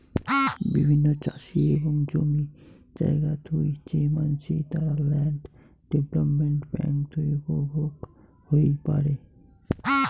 বিভিন্ন চাষি এবং জমি জায়গা থুই যে মানসি, তারা ল্যান্ড ডেভেলপমেন্ট বেঙ্ক থুই উপভোগ হই পারে